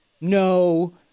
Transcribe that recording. no